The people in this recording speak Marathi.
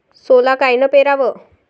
सोला कायनं पेराव?